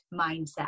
mindset